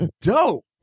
dope